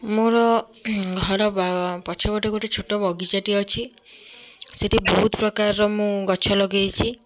ମୋର ଘର ବା ପଛପଟେ ଗୋଟେ ଛୋଟ ବଗିଚା ଟିଏ ଅଛି ସେଠି ବହୁତ ପ୍ରକାରର ମୁଁ ଗଛ ଲଗେଇଛି